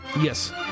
Yes